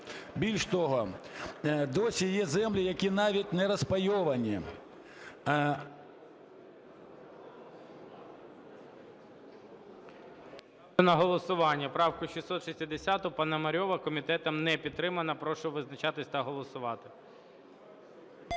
Більш того, досі є землі, які навіть не розпайовані…